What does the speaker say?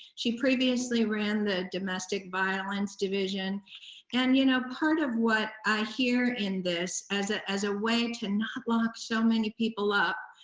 she previously ran the domestic violence division and you know part of what i hear in this as ah as a way to not lock so many people up,